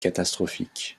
catastrophique